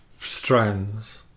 strands